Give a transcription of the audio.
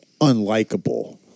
unlikable